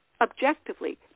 objectively